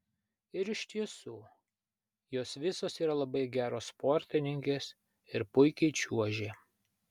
ir iš tiesų jos visos yra labai geros sportininkės ir puikiai čiuožė